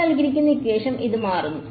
അതിനാൽ ഇത് മാറുന്നു